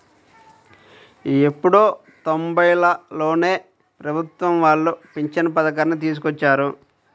ఎప్పుడో తొంబైలలోనే ప్రభుత్వం వాళ్ళు పింఛను పథకాన్ని తీసుకొచ్చారు